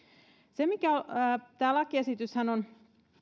tämä lakiesityshän on